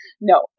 No